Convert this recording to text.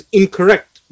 incorrect